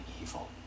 evil